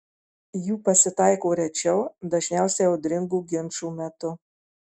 jų pasitaiko rečiau dažniausiai audringų ginčų metu